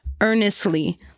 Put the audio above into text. earnestly